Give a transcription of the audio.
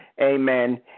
amen